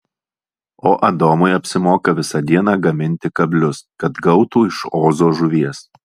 o adomui apsimoka visą dieną gaminti kablius kad gautų iš ozo žuvies